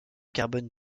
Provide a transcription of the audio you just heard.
carbone